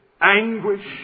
anguish